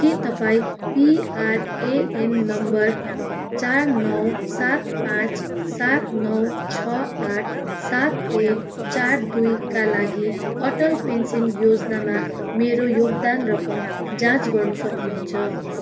के तपाईँँ PRAN number चार नौ सात पाँच सात नौ छ आठ सात एक चार दुइका लागि अटल पेन्सन योजनामा मेरो योगदान रकम जाँच गर्न सक्नु हुन्छ